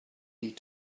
need